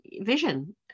vision